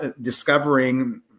discovering